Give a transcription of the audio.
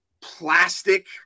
plastic